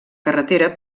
carretera